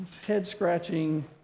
head-scratching